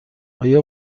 آیا